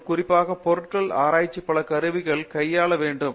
மற்றும் குறிப்பாக பொருட்கள் ஆராய்ச்யில் பல கருவிகளை கையாள வேண்டும்